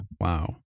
Wow